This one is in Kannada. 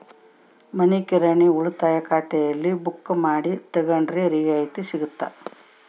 ಮನಿ ಕಿರಾಣಿ ಉಳಿತಾಯ ಖಾತೆಯಿಂದ ಬುಕ್ಕು ಮಾಡಿ ತಗೊಂಡರೆ ರಿಯಾಯಿತಿ ಸಿಗುತ್ತಾ?